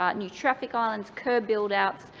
um new traffic islands, kerb build-outs,